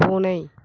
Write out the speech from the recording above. பூனை